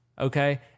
okay